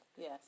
Yes